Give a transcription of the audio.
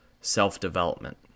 self-development